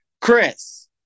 Chris